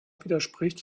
widerspricht